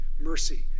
mercy